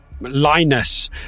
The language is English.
Linus